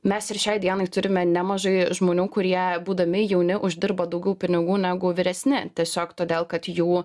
mes ir šiai dienai turime nemažai žmonių kurie būdami jauni uždirba daugiau pinigų negu vyresni tiesiog todėl kad jų